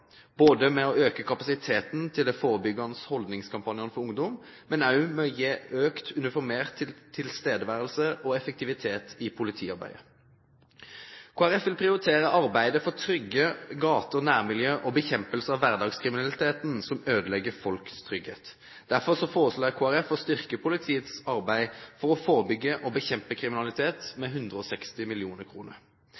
både ved å øke kapasiteten til de forebyggende holdningskampanjene for ungdom og også ved å gi en økt uniformert tilstedeværelse og effektivitet i politiarbeidet. Kristelig Folkeparti vil prioritere arbeidet for trygge gater og nærmiljø og bekjempelse av hverdagskriminaliteten, som ødelegger folks trygghet. Derfor foreslår Kristelig Folkeparti å styrke politiets arbeid for å forebygge og bekjempe kriminalitet